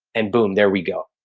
and boom, there we go.